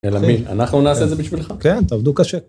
אלא מי? אנחנו נעשה את זה בשבילך. כן, תעבדו קשה.